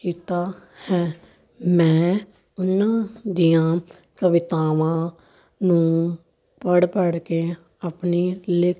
ਕੀਤਾ ਹੈ ਮੈਂ ਉਹਨਾਂ ਦੀਆਂ ਕਵਿਤਾਵਾਂ ਨੂੰ ਪੜ੍ਹ ਪੜ੍ਹ ਕੇ ਆਪਣੀ ਲਿਖਤ